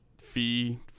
fee